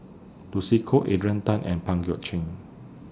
Lucy Koh Adrian Tan and Pang Guek Cheng